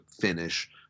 finish